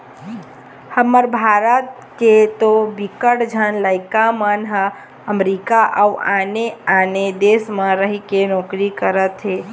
हमर भारत के तो बिकट झन लइका मन ह अमरीका अउ आने आने देस म रहिके नौकरी करत हे